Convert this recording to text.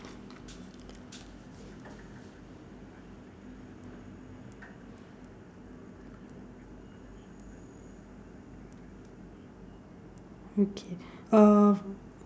uh